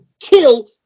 kill